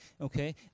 Okay